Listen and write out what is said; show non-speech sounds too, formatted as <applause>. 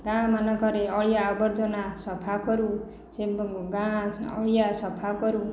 ଗାଁ ମାନଙ୍କରେ ଅଳିଆ ଆବର୍ଜନା ସଫା କରୁ <unintelligible> ଗାଁ ଅଳିଆ ସଫା କରୁ